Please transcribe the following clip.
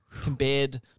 compared